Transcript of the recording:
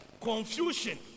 confusion